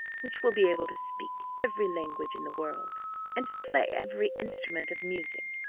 which will be able to speak every language in the world and to play every instrument of music.